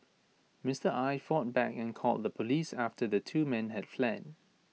Mister Aye fought back and called the Police after the two men had fled